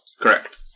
Correct